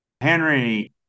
Henry